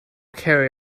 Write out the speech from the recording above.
carry